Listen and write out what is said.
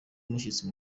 umushyitsi